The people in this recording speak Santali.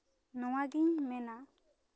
ᱱᱚᱣᱟᱜᱤᱧ ᱢᱮᱱᱟ